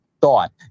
thought